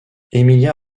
emilia